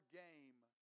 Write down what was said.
game